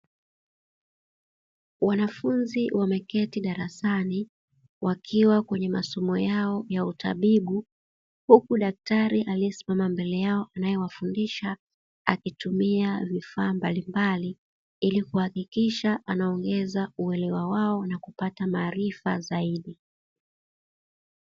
Wanafunzi wameketi darasani, wakiwa kwenye masomo yao ya utabibu huku daktari aliyesimama mbele yao anayewafundisha akitumia vifaa mbalimbali ili kuhakikisha anaongeza uelewa wao na kupata maarifa zaidi.